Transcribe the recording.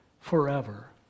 forever